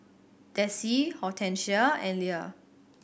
Dessie Hortensia and Ila